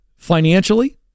Financially